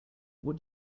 what